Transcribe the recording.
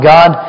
God